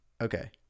Okay